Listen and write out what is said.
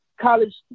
college